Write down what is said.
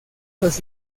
los